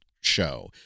show